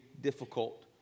difficult